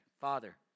Father